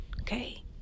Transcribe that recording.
okay